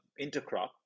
intercrop